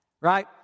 Right